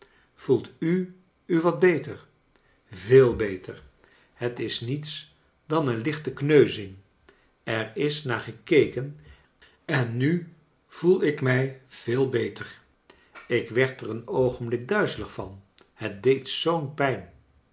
voelt u u wat beter veel beter het is niets dan een lie lite kneuzing er is naar gekeken en nu voel ik mij veel beter ik werd er een oogenblik duizelig van het deed zoo'n pijn